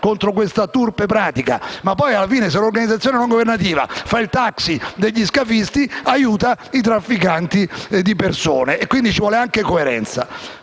contro questa turpe pratica, ma poi alla fine, se l'organizzazione non governativa fa da taxi agli scafisti, aiuta i trafficanti di persone. Ci vuole anche coerenza.